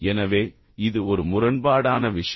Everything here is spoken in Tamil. எனவே இது ஒரு முரண்பாடான விஷயம்